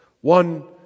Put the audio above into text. One